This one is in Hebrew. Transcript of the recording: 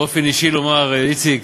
באופן אישי לומר, איציק,